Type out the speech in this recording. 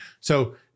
So-